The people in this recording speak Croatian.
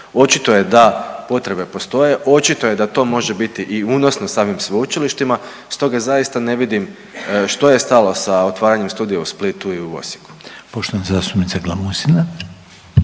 Očito je da potrebe postoje, očito je da to može biti i unosno samim sveučilištima, stoga zaista ne vidim što je stalo sa otvaranjem studija u Splitu i u Osijeku.